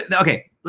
okay